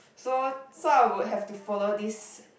so so I would have to follow this